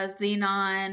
Xenon-